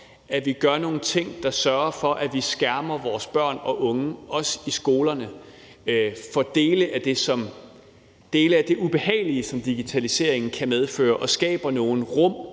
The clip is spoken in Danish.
at vi gør nogle ting, der sørger for, at vi skærmer vores børn og unge, også i skolerne, for dele af det ubehagelige, som digitaliseringen kan medføre, og skaber nogle rum